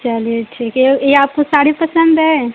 चलिये ठीक है ये ये आपको साड़ी पसंद है